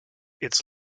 its